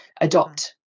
adopt